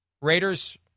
Raiders